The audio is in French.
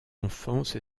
enfance